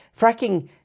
Fracking